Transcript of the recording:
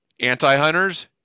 anti-hunters